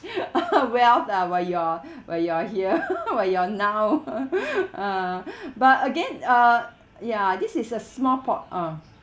well the where you are where you are here where you are now ah but again uh ya this is a small port~ of